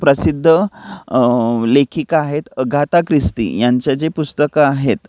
प्रसिद्ध लेखिका आहेत अगाथा ख्रिस्ती यांचं जे पुस्तकं आहेत